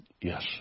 Yes